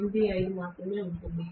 85 మాత్రమే ఉంటుంది